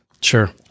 sure